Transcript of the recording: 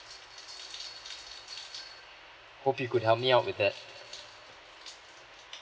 hope you could help me out with that